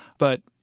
but,